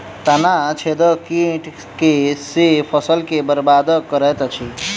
तना छेदक कीट केँ सँ फसल केँ बरबाद करैत अछि?